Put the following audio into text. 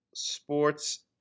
Sports